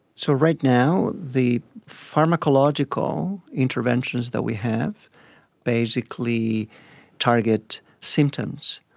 so right now the pharmacological interventions that we have basically target symptoms.